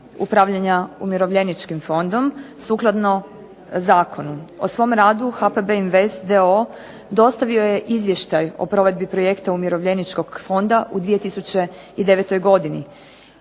upravljanja Umirovljeničkim fondom sukladno zakonu. O svom radu HPV Invest d.o.o. dostavio je izvještaj o provedbi projekta Umirovljeničkog fonda u 2009. godini.